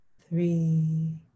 three